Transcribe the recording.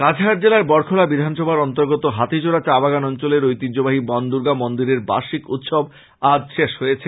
কাছাড় জেলার বড়খলা বিধানসভার অন্তর্গত হাতিছড়া চাবাগান অঞ্চলের ঐতিহ্যবাহী বনদূর্গা মন্দিরের বার্ষিক উৎসব আজ সম্পন্ন হয়েছে